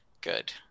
Good